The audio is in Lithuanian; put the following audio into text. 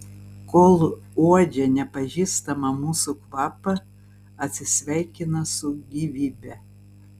kol uodžia nepažįstamą mūsų kvapą atsisveikina su gyvybe